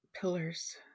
Pillars